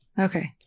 Okay